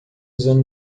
usando